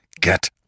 get